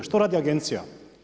Što radi Agencija?